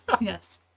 Yes